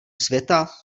světa